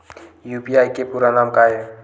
UPI के पूरा नाम का ये?